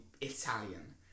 Italian